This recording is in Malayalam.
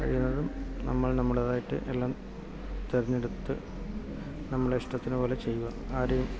കഴിയുന്നതും നമ്മൾ നമ്മുടേതായിട്ട് എല്ലാം തിരഞ്ഞെടുത്ത് നമ്മുടെ ഇഷ്ടത്തിനു പോലെ ചെയ്യുക ആരെയും